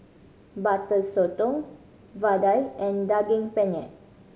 Butter Sotong vadai and Daging Penyet